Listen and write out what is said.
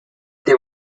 they